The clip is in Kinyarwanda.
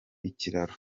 ikiraro